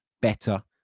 better